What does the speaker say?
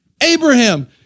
Abraham